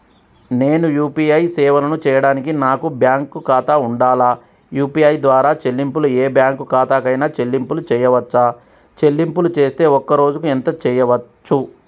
నేను యూ.పీ.ఐ సేవలను చేయడానికి నాకు బ్యాంక్ ఖాతా ఉండాలా? యూ.పీ.ఐ ద్వారా చెల్లింపులు ఏ బ్యాంక్ ఖాతా కైనా చెల్లింపులు చేయవచ్చా? చెల్లింపులు చేస్తే ఒక్క రోజుకు ఎంత చేయవచ్చు?